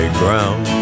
ground